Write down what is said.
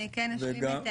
אני כן אשלים את